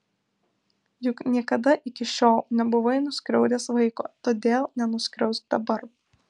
juk niekada iki šiol nebuvai nuskriaudęs vaiko todėl nenuskriausk dabar